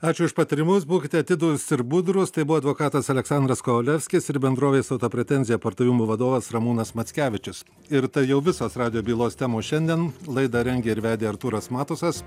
ačiū už patarimus būkite atidūs ir budrūs tai buvo advokatas aleksandras kovalevskis ir bendrovės autopretenzija pardavimų vadovas ramūnas mackevičius ir jau visos radijo bylos temos šiandien laidą rengė ir vedė artūras matusas